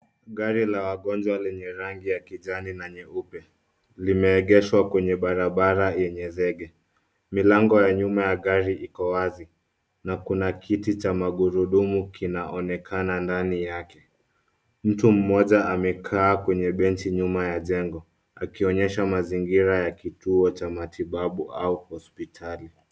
Gari la wagonjwa lenye rangi ya kijani na nyeupe limeegeshwa kwenye barabara yenye zege. Milango ya nyuma ya gari iko wazi na kuna kiti cha magurudumu kinaonekana ndani yake. Mtu mmoja amekaa kwenye benchi nyuma ya jengo akionyesha mazingira ya kituo cha matibabu au hospitali.